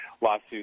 lawsuits